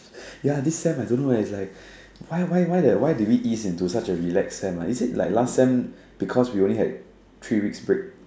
ya this sem I don't know eh it's like why why why did we ease into such a relaxed sem ah is it like last sem we only had like three weeks break